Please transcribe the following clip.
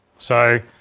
so,